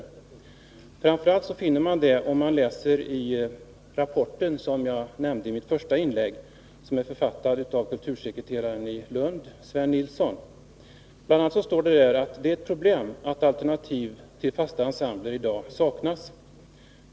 Detta framgår framför allt av den rapport som jag nämnde i mitt första inlägg och som är författad av kultursekreteraren i Lund, Sven Nilsson. Där står bl.a. att det är ett problem att alternativ till fasta ensembler saknas.